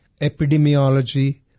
epidemiology